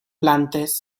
plantes